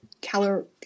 calor